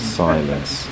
silence